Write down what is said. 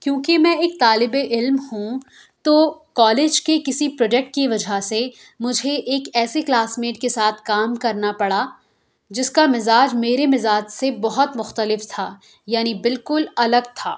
کیوں کہ میں ایک طالب علم ہوں تو کالج کے کسی پروجیکٹ کی وجہ سے مجھے ایک ایسے کلاس میٹ کے ساتھ کام کرنا پڑا جس کا مزاج میرے مزاج سے بہت مختلف تھا یعنی بالکل الگ تھا